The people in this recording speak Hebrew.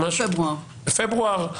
בפברואר.